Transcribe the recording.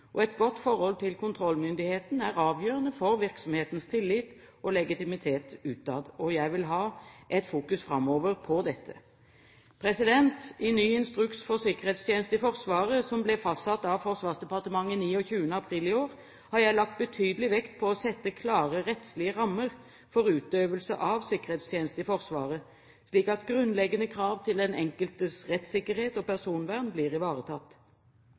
Et godt forhold til kontrollmyndigheten er avgjørende for virksomhetens tillit og legitimitet utad, og jeg vil ha et fokus framover på dette. I ny instruks om sikkerhetstjenesten i Forsvaret, som ble fastsatt av Forsvarsdepartementet 29. april i år, har jeg lagt betydelig vekt på å sette klare rettslige rammer for utøvelse av sikkerhetstjeneste i Forsvaret, slik at grunnleggende krav til den enkeltes rettssikkerhet og personvern blir ivaretatt.